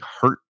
hurt